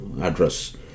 address